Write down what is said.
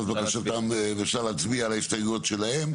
אפשר להצביע על ההסתייגויות שלהם.